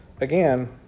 again